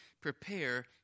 prepare